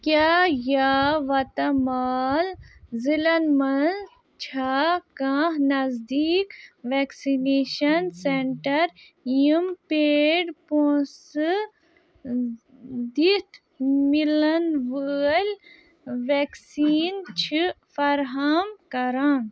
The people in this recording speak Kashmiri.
کیٛاہ یاوَتَمال ضلعن مَنٛز چھےٚ کانٛہہ نزدیٖک وٮ۪کسِنیشن سٮ۪نٛٹَر یِم پیڈ پونٛسہٕ دِتھ مِلَن وٲلۍ وٮ۪کسیٖن چھِ فراہَم کران